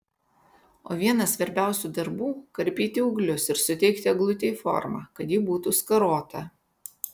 o vienas svarbiausių darbų karpyti ūglius ir suteikti eglutei formą kad ji būtų skarota